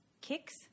kicks